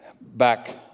Back